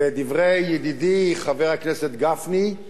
ואת דברי ידידי חבר הכנסת גפני,